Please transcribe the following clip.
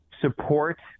support